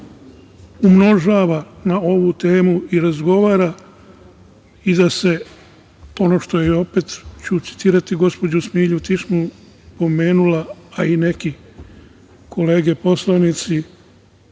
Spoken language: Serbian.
umnožava na ovu temu i razgovara i da se ono što je opet, a ja ću citirati gospođu Smilju Tišmu, pomenula, a i neke kolege poslanici,